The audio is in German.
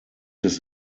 des